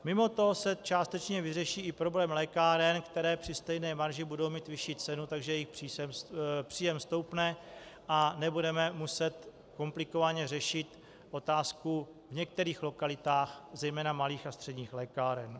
Mimoto se částečně vyřeší i problém lékáren, které při stejné marži budou mít vyšší cenu, takže jejich příjem stoupne a nebudeme muset komplikovaně řešit otázku v některých lokalitách, zejména malých a středních lékáren.